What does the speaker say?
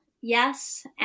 yes